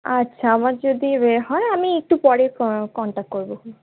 আচ্ছা আমার যদি রে হয় আমি একটু পরে ক কন্ট্যাক্ট করবো খুনি